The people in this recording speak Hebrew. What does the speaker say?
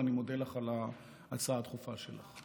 ואני מודה לך על ההצעה הדחופה שלך.